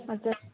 हजुर